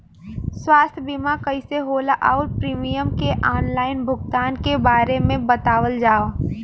स्वास्थ्य बीमा कइसे होला और प्रीमियम के आनलाइन भुगतान के बारे में बतावल जाव?